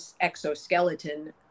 exoskeleton